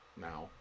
now